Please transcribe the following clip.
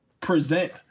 present